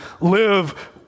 live